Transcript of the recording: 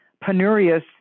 penurious